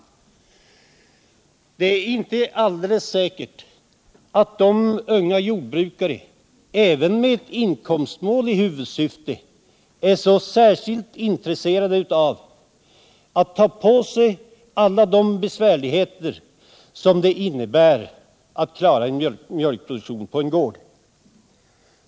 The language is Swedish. Det är inte alldeles säkert att de unga jordbrukarna, även om vi sätter upp inkomstmålet som ett huvudsyfte, är särskilt intresserade av att ta på sig alla de besvärligheter som det innebär att klara en mjölkproduktion på en gård.